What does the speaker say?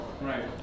Right